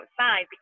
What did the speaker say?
outside